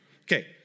Okay